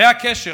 זה הקשר,